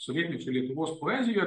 sovietmečio lietuvos poezijoj